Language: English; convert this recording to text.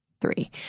three